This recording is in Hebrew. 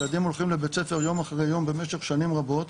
ילדים הולכים בבית הספר יום אחרי יום במשך שנים רבות,